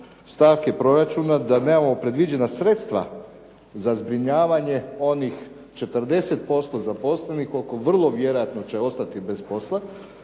stavke proračuna da nemamo predviđena sredstva za zbrinjavanje onih 40% zaposlenih koliko vrlo vjerojatno će ostati bez posla